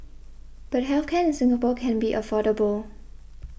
but health care in Singapore can be affordable